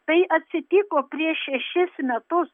tai atsitiko prieš šešis metus